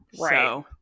right